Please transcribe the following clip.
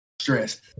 stress